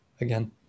again